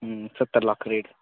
सत्तर लक्ख रेट